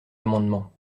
amendement